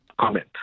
comment